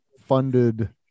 funded